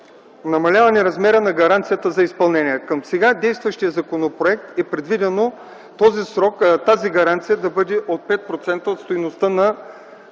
намаляване размера на гаранцията за изпълнение. Към сега действащия законопроект е предвидено тази гаранция да бъде 5% от стойността на